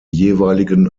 jeweiligen